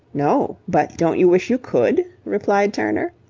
no, but don't you wish you could replied turner.